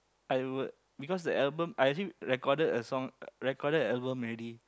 I would because the album I actually recorded a song recorded a album already